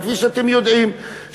וכפי שאתם יודעים,